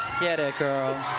get it, girl.